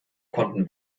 konnten